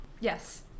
yes